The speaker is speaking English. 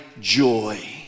joy